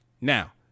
Now